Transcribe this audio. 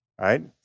right